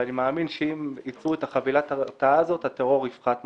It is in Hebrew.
ואני מאמין שאם יעשו כך הטרור יפחת משמעותית.